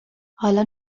حالا